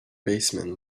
baseman